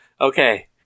Okay